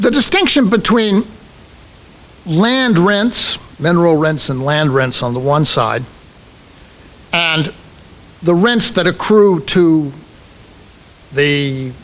the distinction between land rents mineral rents and land rents on the one side and the rents that accrue to the